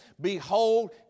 Behold